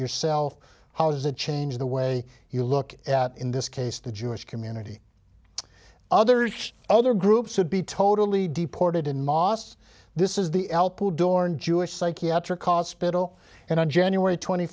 yourself how does it change the way you look at in this case the jewish community others other groups would be totally deported in mosques this is the door in jewish psychiatric hospital and on january twenty